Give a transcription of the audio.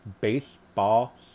baseball